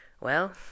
Well